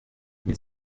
mit